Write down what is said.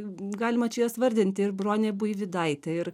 galima čia jas vardinti ir bronė buivydaitė ir